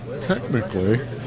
technically